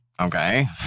Okay